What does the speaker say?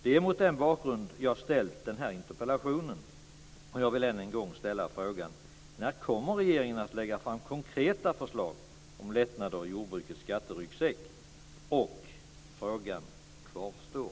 Det är mot den bakgrunden jag har framställt den här interpellationen. Jag vill än en gång ställa frågan: När kommer regeringen att lägga fram konkreta förslag om lättnader i jordbrukets skatteryggsäck? Den frågan kvarstår.